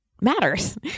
matters